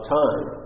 time